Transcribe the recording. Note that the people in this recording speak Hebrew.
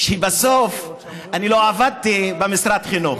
בסוף לא עבדתי במשרד החינוך,